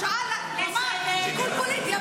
הוא אמר שיקול פוליטי,